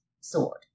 sword